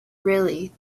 really